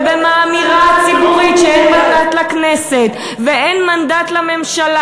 ובאמירה הציבורית שאין מנדט לכנסת ואין מנדט לממשלה,